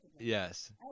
Yes